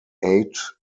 eight